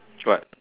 what